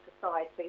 society